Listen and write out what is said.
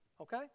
okay